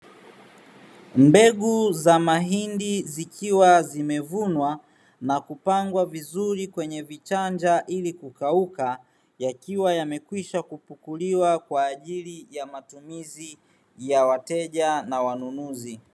Mbegu za mahindi zikiwa zimevunwa na kupangwa vizuri kwenye vichanja ili kukauka, yakiwa yamekwisha kupukulia kwa ajili ya matumizi ya wateja na wanunuzi.